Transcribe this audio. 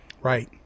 Right